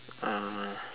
uh